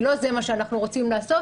כי לא זה מה שאנחנו רוצים לעשות.